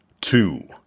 two